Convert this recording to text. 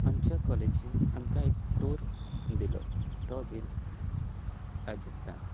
आमच्या कॉलेजीन आमकां एक टूर दिलो तो बीन राजस्थान